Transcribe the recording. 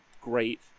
great